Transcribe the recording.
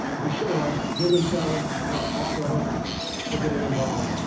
i'm sure, getting themselves off the hook for getting involved.